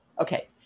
Okay